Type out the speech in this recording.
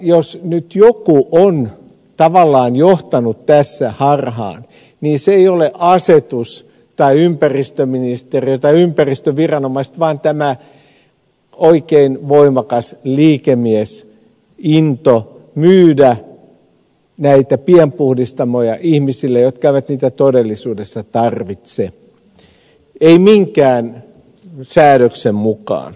jos nyt jokin on tavallaan johtanut tässä harhaan niin se ei ole asetus tai ympäristöministeriö tai ympäristöviranomaiset vaan tämä oikein voimakas liikemiesinto myydä näitä pienpuhdistamoja ihmisille jotka eivät niitä todellisuudessa tarvitse eivät minkään säädöksen mukaan